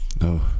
no